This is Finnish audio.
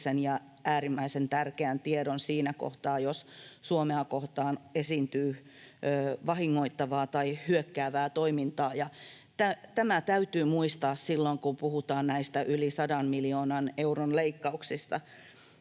ja äärimmäisen tärkeän tiedon siinä kohtaa, jos Suomea kohtaan esiintyy vahingoittavaa tai hyökkäävää toimintaa. Tämä täytyy muistaa silloin, kun puhutaan näistä yli 100 miljoonan euron leikkauksista.